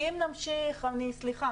כי אם נמשיך סליחה